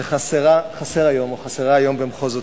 שחסר היום במחוזותינו.